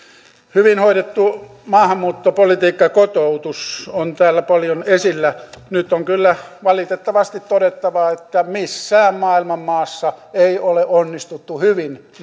hyvin hoidettu maahanmuuttopolitiikka ja kotoutus ovat täällä paljon esillä nyt on kyllä valitettavasti todettava että missään maailman maassa ei ole onnistuttu hyvin